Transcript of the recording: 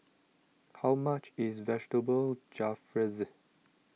how much is Vegetable Jalfrezi